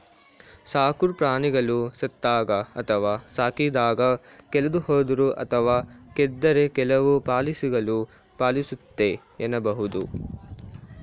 ಸಾಕುಪ್ರಾಣಿಗಳು ಸತ್ತಾಗ ಅಥವಾ ಸಾಕಿದಾಗ ಕಳೆದುಹೋದ್ರೆ ಅಥವಾ ಕದ್ದರೆ ಕೆಲವು ಪಾಲಿಸಿಗಳು ಪಾಲಿಸುತ್ತೆ ಎನ್ನಬಹುದು